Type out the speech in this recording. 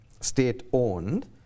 state-owned